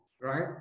right